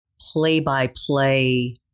play-by-play